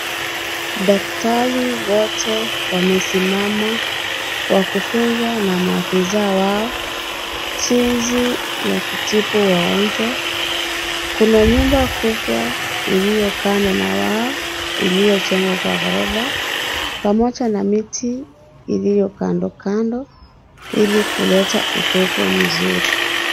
Daktari wote wamesimama, wa kufunzwa na maafisa wao jinsi ya kutibu wagonjwa. Kuna nyumba kubwa iliyo kando na wao, iliyo jengwa kwa ghorofa, pamoja na miti iliyo kando kando, ili kuleta upepo mzuri.